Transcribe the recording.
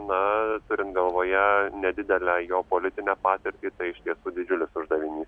na turint galvoje nedidelę jo politinę patirtį tai iš tiesų didžiulis uždavinys